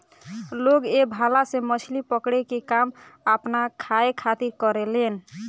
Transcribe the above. लोग ए भाला से मछली पकड़े के काम आपना खाए खातिर करेलेन